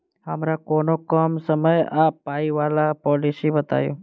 हमरा कोनो कम समय आ पाई वला पोलिसी बताई?